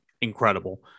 Incredible